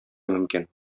мөмкин